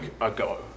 ago